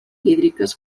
hídriques